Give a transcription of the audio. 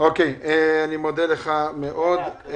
אני מודה לך מאוד.